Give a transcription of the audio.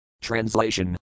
Translation